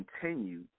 continue